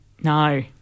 no